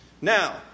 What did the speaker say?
Now